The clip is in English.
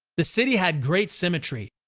the city had great symmetry.